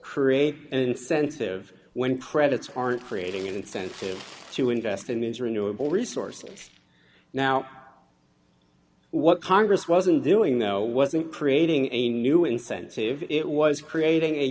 create an incentive when credits aren't creating an incentive to invest in these renewable resources now what congress wasn't doing though wasn't creating a new incentive it was creating a